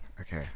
Okay